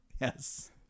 Yes